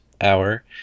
hour